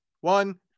One